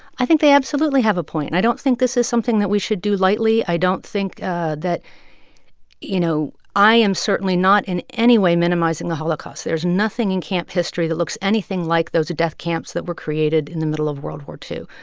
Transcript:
i think they absolutely have a point. and i don't think this is something that we should do lightly. i don't think that you know, i am certainly not in any way minimizing the holocaust. there is nothing in camp history that looks anything like those death camps that were created in the middle of world war ii,